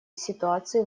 ситуации